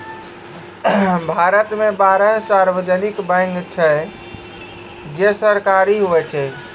भारत मे बारह सार्वजानिक बैंक छै जे सरकारी हुवै छै